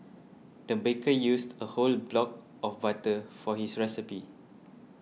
the baker used a whole block of butter for his recipe